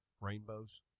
Rainbows